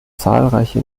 zahlreiche